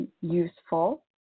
Useful